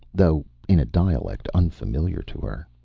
though in a dialect unfamiliar to her.